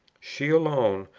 she alone,